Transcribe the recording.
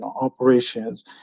operations